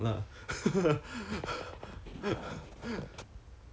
ya 对 so no guarantees because 没有 black and white mah